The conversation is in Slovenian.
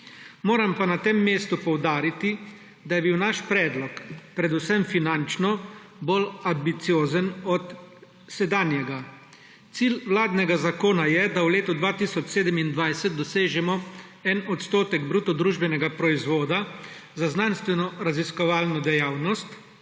Moram pa na tem mestu poudariti, da je bil naš predlog predvsem finančno bolj ambiciozen od sedanjega. Cilj vladnega zakona je, da v letu 2027 dosežemo en odstotek BDP za znanstvenoraziskovalno dejavnost.